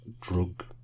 drug